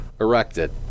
erected